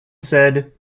said